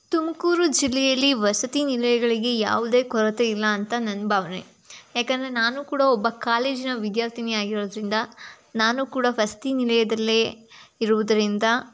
ತುಮಕೂರು ಜಿಲ್ಲೆಯಲ್ಲಿ ವಸತಿ ನಿಲಯಗಳಿಗೆ ಯಾವುದೇ ಕೊರತೆ ಇಲ್ಲ ಅಂತ ನನ್ನ ಭಾವನೆ ಯಾಕಂದರೆ ನಾನು ಕೂಡ ಒಬ್ಬ ಕಾಲೇಜಿನ ವಿದ್ಯಾರ್ಥಿನಿ ಆಗಿರೋದರಿಂದ ನಾನೂ ಕೂಡ ವಸತಿ ನಿಲಯದಲ್ಲೇ ಇರುವುದರಿಂದ